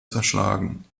zerschlagen